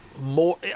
more